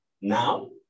now